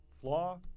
flaw